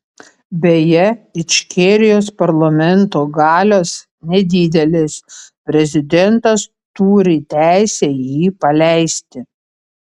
beje ičkerijos parlamento galios nedidelės prezidentas turi teisę jį paleisti